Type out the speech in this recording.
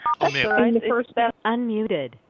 Unmuted